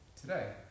today